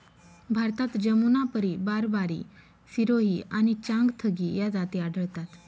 भारतात जमुनापारी, बारबारी, सिरोही आणि चांगथगी या जाती आढळतात